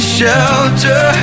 shelter